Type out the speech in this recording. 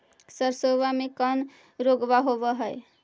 सरसोबा मे कौन रोग्बा होबय है?